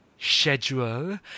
Schedule